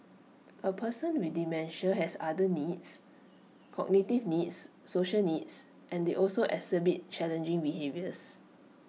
A person with dementia has other needs cognitive needs social needs and they also exhibit challenging behaviours